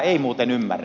ei muuten ymmärrä